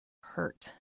hurt